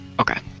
okay